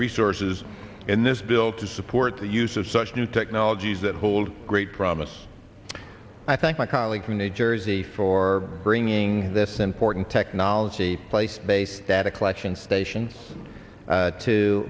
resources in this bill to support the use of such new technologies that hold great promise i thank my colleague from new jersey for bringing this important technology place based data collection stations